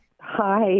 Hi